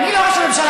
אני לא ראש הממשלה,